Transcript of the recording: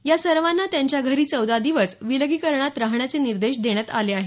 या सर्वांना त्यांच्या घरी चौदा दिवस विलगीकरणात राहण्याचे निर्देश देण्यात आले आहेत